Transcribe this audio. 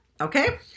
Okay